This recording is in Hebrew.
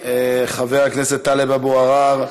חבר הכנסת טלב אבו עראר,